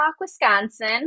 Wisconsin